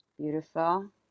Beautiful